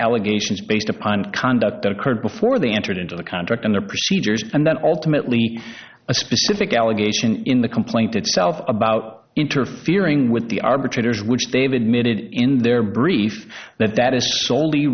allegations based upon conduct that occurred before they entered into the contract and their procedures and that ultimately a specific allegation in the complaint itself about interfering with the arbitrator's which they have admitted in their brief that that is wholly